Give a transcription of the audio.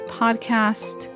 podcast